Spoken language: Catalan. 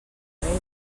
rei